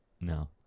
no